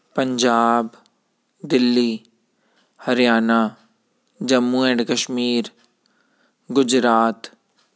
Punjab Delhi Haryana Jammu and Kashmir Gujarat